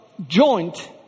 joint